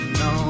no